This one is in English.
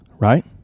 Right